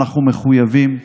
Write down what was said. אנחנו מחויבים,